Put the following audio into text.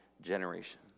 generation